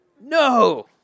No